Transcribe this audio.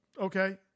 Okay